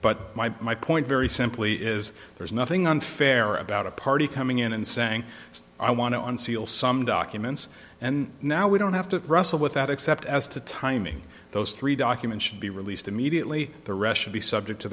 but my point very simply is there's nothing unfair about a party coming in and saying i want to unseal some documents and now we don't have to wrestle with that except as to timing those three documents should be released immediately the rest should be subject to